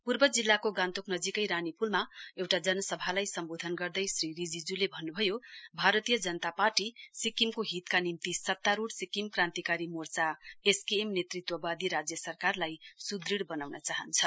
पूर्व जिल्लाको गान्तोक नजीकै रानीपूलमा एउटा जनसभालाई सम्बोधन गर्दै श्री रिजिजुले भन्नुभयो भारतीय जनता पार्टी सिक्किमको हितका निम्ति सत्तारूढ सिक्किम क्रान्तिकारी मोर्चा एसकेम नेतृत्वबादी राज्य सरकारलाई स्दृढ़ बनाउन चाहन्छ